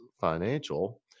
Financial